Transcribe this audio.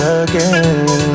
again